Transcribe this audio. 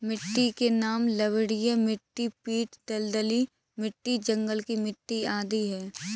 मिट्टी के नाम लवणीय मिट्टी, पीट दलदली मिट्टी, जंगल की मिट्टी आदि है